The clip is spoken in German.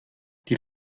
die